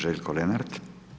Željko Lenart.